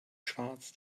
schwarz